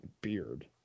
beard